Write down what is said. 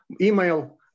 email